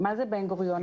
גוריון,